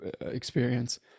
experience